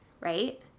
right